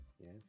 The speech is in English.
Yes